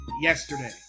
yesterday